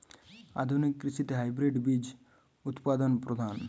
আধুনিক কৃষিতে হাইব্রিড বীজ উৎপাদন প্রধান